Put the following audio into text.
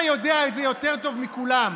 אתה יודע את זה יותר טוב מכולם.